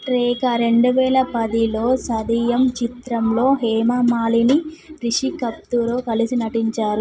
రేఖా రెండువేలపదిలో సదియం చిత్రంలో హేమమాలిని రిషి కప్తూరో కలిసి నటించారు